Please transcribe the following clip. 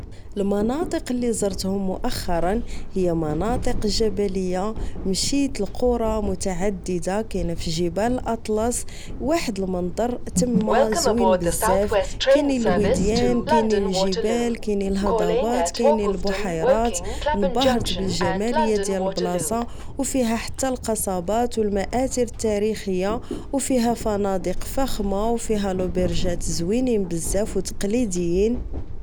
المناطق لي زرتهم مؤخرا هي مناطق جبلية مشيت لقرى متعددة كاينة فجبال الأطلس واحد المنظر تما زوين بزاف كينين الوديان كينين الجبال كينين الهضبات كينين البحيرات نباهرت بجمالية ديال البلاصة أو فيها حتى القصابات أو المآتر التاريخية أو فيها فنادق فخمة أو فيها لوبيرجات زوينين بزاف أو تقليدين